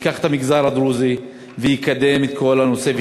ייקח את המגזר הדרוזי ויקדם את כל הנושא,